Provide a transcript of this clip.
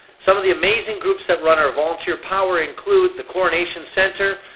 some of the amazing groups that run our volunteer power include the coronation center,